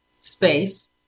space